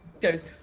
goes